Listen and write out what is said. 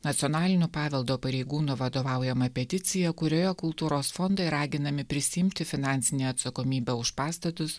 nacionalinio paveldo pareigūnų vadovaujamą peticiją kurioje kultūros fondai raginami prisiimti finansinę atsakomybę už pastatus